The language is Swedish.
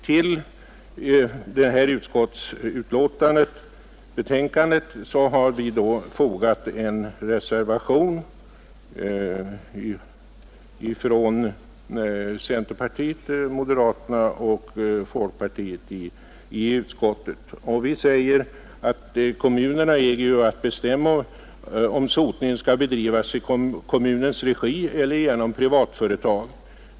Till detta utskottsbetänkande har vi fogat en reservation från centerpartiet, moderaterna och folkpartiet i utskottet. Vi säger: ”Kommunerna äger bestämma om sotningen skall bedrivas i kommunens regi eller genom privatföretag.